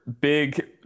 big